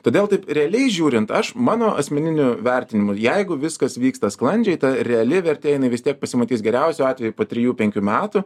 todėl taip realiai žiūrint aš mano asmeniniu vertinimu jeigu viskas vyksta sklandžiai ta reali vertė jinai vis tiek pasimatys geriausiu atveju po trijų penkių metų